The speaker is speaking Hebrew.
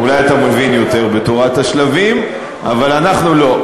אולי אתה מבין יותר בתורת השלבים, אבל אנחנו לא.